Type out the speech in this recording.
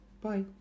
bye